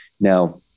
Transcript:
Now